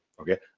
okay